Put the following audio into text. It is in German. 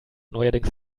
neuerdings